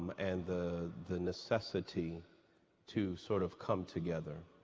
and the the necessity to sort of come together.